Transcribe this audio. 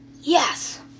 Yes